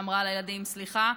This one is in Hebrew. שאמרה לילדים: סליחה,